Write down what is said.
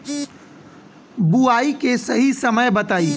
बुआई के सही समय बताई?